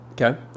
Okay